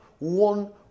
One